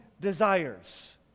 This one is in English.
desires